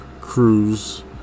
cruise